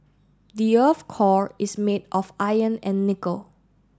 the earth's core is made of iron and nickel